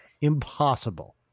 impossible